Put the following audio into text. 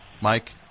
Mike